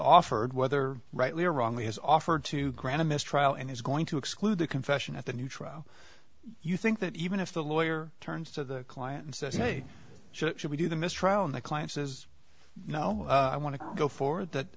whether rightly or wrongly has offered to grant a mistrial and he's going to exclude the confession at the new trial you think that even if the lawyer turns to the client and says hey should we do the mistrial on the client says no i want to go forward that